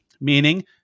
meaning